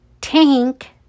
Tank